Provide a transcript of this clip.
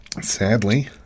sadly